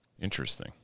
Interesting